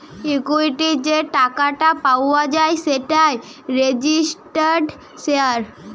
equity যে টাকাটা পাওয়া যায় সেটাই রেজিস্টার্ড শেয়ার